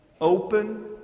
Open